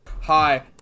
Hi